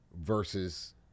versus